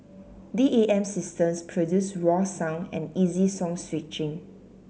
D A M systems produce raw sound and easy song switching